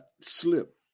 slip